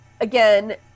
again